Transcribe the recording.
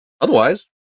Otherwise